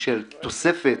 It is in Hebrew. של תוספת,